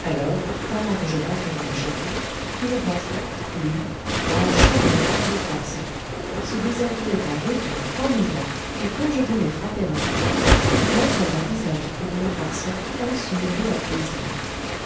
alors pendant que je rentrais dans le château il rentrait lui dans la chambre de frédéric larsan se déshabillait en deux temps trois mouvements et quand je venais frapper à sa porte montrait un visage de frédéric larsan ensommeillé à plaisir